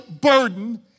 burden